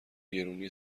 گرونی